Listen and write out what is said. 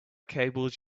cables